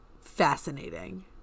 Fascinating